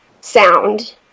sound